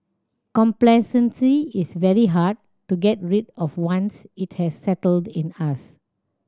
complacency is very hard to get rid of once it has settled in us